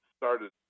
started